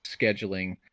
scheduling